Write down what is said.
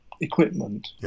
equipment